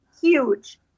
huge